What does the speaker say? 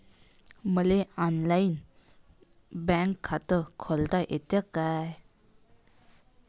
मले online bank खात खोलता येते का?